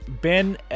Ben